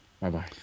Bye-bye